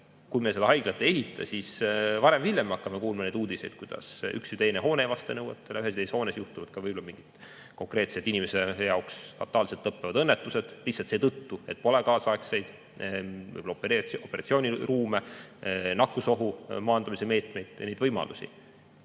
Kui me seda haiglat ei ehita, siis varem või hiljem hakkame kuulma uudiseid, kuidas üks või teine hoone ei vasta nõuetele, ühes või teises hoones juhtuvad mingid konkreetsed inimese jaoks fataalselt lõppevad õnnetused lihtsalt seetõttu, et pole kaasaegseid operatsiooniruume, nakkusohu maandamise meetmeid ja muid võimalusi.